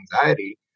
anxiety